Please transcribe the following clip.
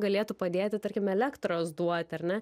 galėtų padėti tarkim elektros duoti ar ne